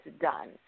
done